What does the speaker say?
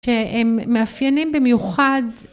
שהם מאפיינים במיוחד